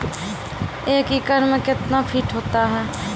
एक एकड मे कितना फीट होता हैं?